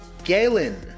Galen